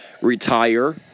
retire